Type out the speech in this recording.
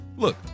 Look